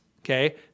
okay